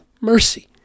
mercy